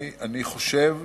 אני חושב